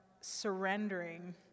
surrendering